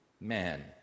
man